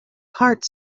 part